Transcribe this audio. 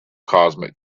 cosmic